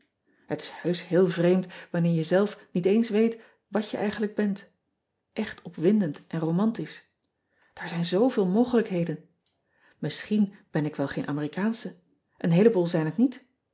et is heusch heel vreemd wanneer je zelf niet eens weet wat je eigenlijk bent echt opwindend en romantisch aar zijn zoo veel mogelijkheden isschien ben ik wel geen merikaansche een heeleboel zijn het niet